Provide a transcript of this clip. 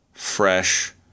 fresh